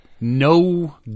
No